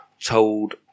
told